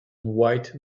white